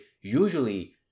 usually